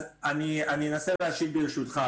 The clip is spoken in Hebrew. אז אני אנסה להשיב, ברשותך.